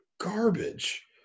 garbage